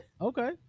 okay